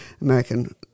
American